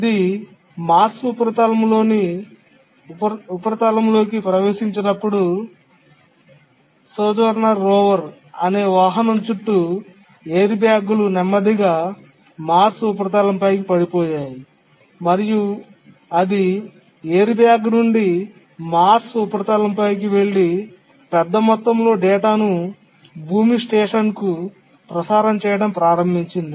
ఇది మార్స్ ఉపరితలంలోకి ప్రవేశించినప్పుడు సోజోర్నర్ రోవర్ అనే వాహనం చుట్టూ ఎయిర్ బ్యాగులు నెమ్మదిగా మార్స్ ఉపరితలంపైకి పడిపోయాయి మరియు అది ఎయిర్ బ్యాగ్ నుండి మార్స్ ఉపరితలంపైకి వెళ్లి పెద్ద మొత్తంలో డేటాను భూమి స్టేషన్కు ప్రసారం చేయడం ప్రారంభించింది